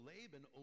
Laban